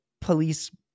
police